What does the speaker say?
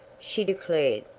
she declared.